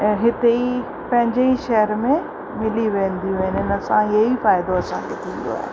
ऐं हिते ई पंहिंजे ई पंहिंजे ई शहर में मिली वेंदियूं आहिनि हिन सां इहो ई फ़ाइदो थींदो आहे